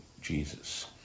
Jesus